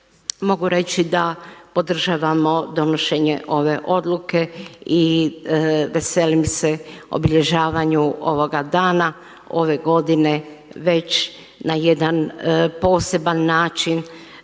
mogu reći da podržavamo donošenje ove odluke i veselim se obilježavanju ovoga dana, ove godine već na jedna poseban način,